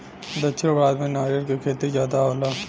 दक्षिण भारत में नरियर क खेती जादा होला